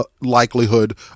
likelihood